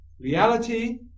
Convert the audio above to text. Reality